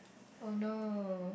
oh no